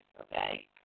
okay